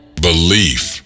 belief